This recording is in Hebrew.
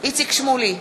איציק שמולי,